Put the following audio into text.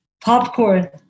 Popcorn